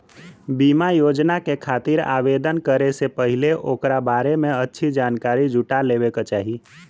बीमा योजना के खातिर आवेदन करे से पहिले ओकरा बारें में अच्छी जानकारी जुटा लेवे क चाही